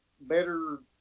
better